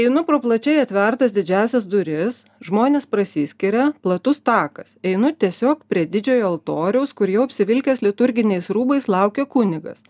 einu pro plačiai atvertas didžiąsias duris žmonės prasiskiria platus takas einu tiesiog prie didžiojo altoriaus kur jau apsivilkęs liturginiais rūbais laukė kunigas